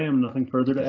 um nothing further to add.